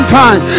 time